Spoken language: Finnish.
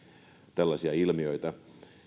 tällaisia ilmiöitä